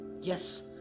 yes